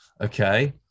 okay